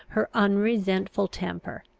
her unresentful temper,